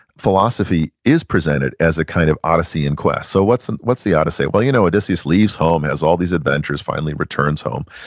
philosophy is presented as a kind of odyssey and quest. so what's what's the odyssey? well you know, odysseus leaves home, has all these adventures, finally returns home,